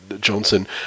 Johnson